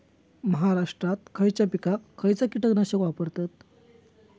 महाराष्ट्रात खयच्या पिकाक खयचा कीटकनाशक वापरतत?